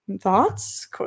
thoughts